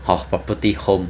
hor property homes